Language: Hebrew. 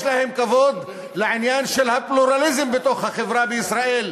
יש להם כבוד לעניין של הפלורליזם בחברה בישראל,